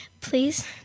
please